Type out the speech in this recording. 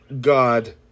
God